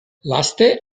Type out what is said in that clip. laste